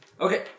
Okay